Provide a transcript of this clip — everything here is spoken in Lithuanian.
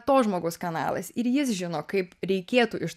to žmogaus kanalais ir jis žino kaip reikėtų iš